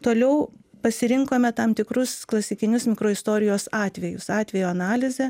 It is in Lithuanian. toliau pasirinkome tam tikrus klasikinius mikroistorijos atvejus atvejų analizė